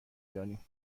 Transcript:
دانیم